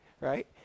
right